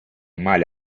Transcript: male